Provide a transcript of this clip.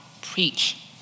preach